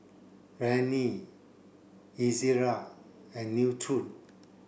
Rene Ezerra and Nutren